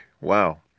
wow